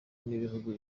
n’ibihugu